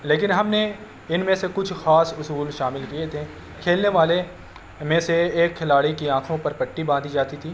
لیکن ہم نے ان میں سے کچھ خاص اصول شامل کیے تھے کھیلنے والے میں سے ایک کھلاڑی کی آنکھوں پر پٹی باندھی جاتی تھی